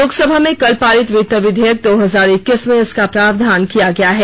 लोकसभा में कल पारित वित विधेयक दो हजार इक्कीस में इसका प्रावधान किया गया है